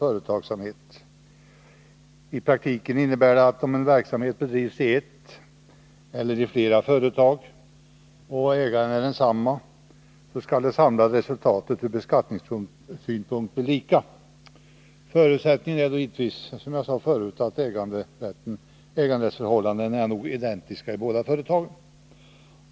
I — Jerna för koncernpraktiken innebär det att oavsett om verksamheten bedrivs i ett eller flera bidrag företag skall det samlade resultatet ur beskattningssynpunkt bli lika om ägaren är densamma.